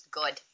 good